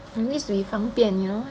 at least we 方便